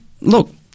look